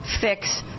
fix